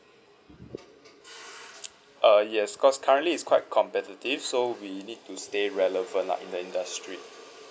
uh yes cause currently it's quite competitive so we need to stay relevant lah in the industry